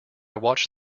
watched